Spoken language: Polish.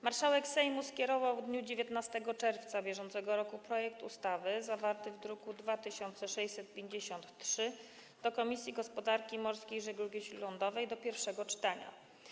Marszałek Sejmu skierował w dniu 19 czerwca br. projekt ustawy zawarty w druku nr 2653 do Komisji Gospodarki Morskiej i Żeglugi Śródlądowej do pierwszego czytania.